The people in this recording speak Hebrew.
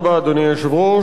אדוני היושב-ראש,